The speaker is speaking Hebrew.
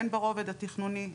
הן ברובד התכנוני,